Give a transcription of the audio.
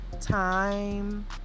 time